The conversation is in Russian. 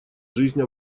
жизнь